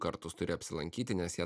kartus turi apsilankyti nes jie